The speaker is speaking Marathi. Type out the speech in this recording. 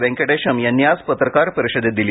व्यंकटेशम यांनी आज पत्रकार परिषदेत दिली